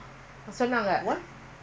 no நாந்தாசொன்னேன்:naantha sonnen